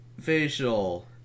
facial